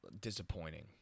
disappointing